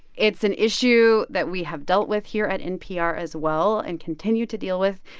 it's an issue that we have dealt with here at npr as well and continue to deal with.